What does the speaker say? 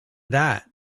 that